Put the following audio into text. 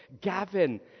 Gavin